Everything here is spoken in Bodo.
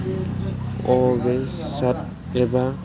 अवेबसाइट एबा